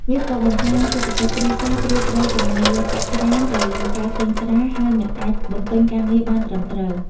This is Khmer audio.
វាក៏បំផ្លាញសេដ្ឋកិច្ចគ្រួសារ ព្រោះត្រូវចំណាយលុយកាក់ច្រើនទៅលើការទិញស្រា ហើយមិនអាចបំពេញការងារបានត្រឹមត្រូវ។